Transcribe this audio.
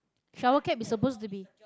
shower cap is supposed to be